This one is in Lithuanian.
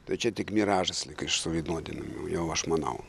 tai čia tik miražas liko iš suvienodinimo jau aš manau